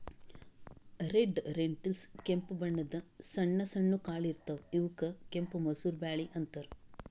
red lentils ಕೆಂಪ್ ಬಣ್ಣದ್ ಸಣ್ಣ ಸಣ್ಣು ಕಾಳ್ ಇರ್ತವ್ ಇವಕ್ಕ್ ಕೆಂಪ್ ಮಸೂರ್ ಬ್ಯಾಳಿ ಅಂತಾರ್